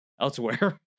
elsewhere